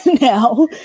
now